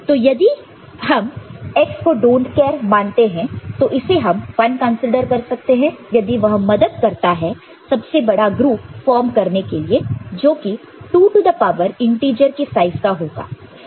तो यदि हम X को डोंट केयर मानते हैं तो इसे हम 1 कंसीडर कर सकते हैं यदि वह मदद करता हो सबसे बड़ा ग्रुप फॉर्म करने के लिए जो कि 2 टू द पावर इंटीजर के साइज का होगा